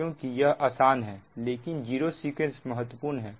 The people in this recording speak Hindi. क्योंकि यह आसान है लेकिन जीरो सीक्वेंस महत्वपूर्ण है